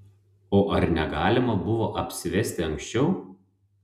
o ar negalima buvo apsivesti anksčiau